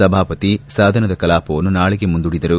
ಸಭಾಪತಿ ಸದನದ ಕಲಾಪವನ್ನು ನಾಳೆಗೆ ಮುಂದೂಡಿದರು